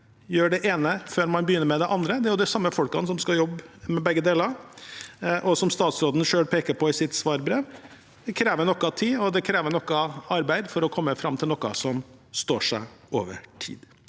gjøre det ene før man begynner med det andre. Det er de samme folkene som skal jobbe med begge deler. Som statsråden selv peker på i sitt svarbrev: Det krever tid og arbeid å komme fram til noe som står seg over tid.